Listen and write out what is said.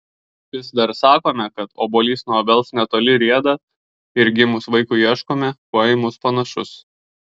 vis dar sakome kad obuolys nuo obels netoli rieda ir gimus vaikui ieškome kuo į mus panašus